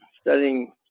studying